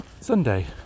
Sunday